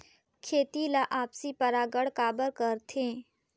खेती ला आपसी परागण काबर करथे?